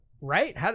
Right